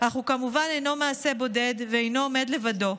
אך הוא כמובן אינו מעשה בודד ואינו עומד לבדו.